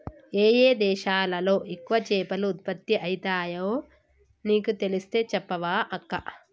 ఏయే దేశాలలో ఎక్కువ చేపలు ఉత్పత్తి అయితాయో నీకు తెలిస్తే చెప్పవ అక్కా